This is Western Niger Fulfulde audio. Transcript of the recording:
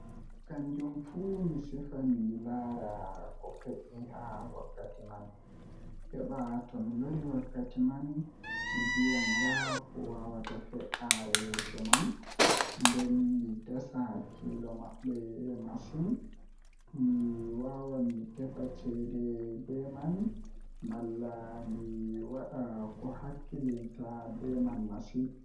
Kanjum fu mi sifan mi lara ko fe'e haa wakkati man heɓa tomin lori wakkati man mi viya nda ko waawata fe'a yeeso man nden mi dasa hakkiilo mabɓe masin mi wawan mi tefa ceede be man malla mi wadan ko hilnata be masin